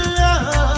love